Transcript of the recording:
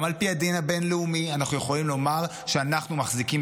גם על פי הדין הבין-לאומי אנחנו יכולים לומר שאנחנו מחזיקים